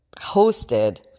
hosted